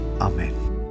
Amen